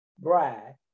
bride